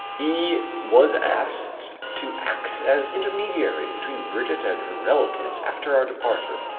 he was asked to act as intermediary between brigitte and her relatives after our departure.